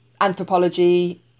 anthropology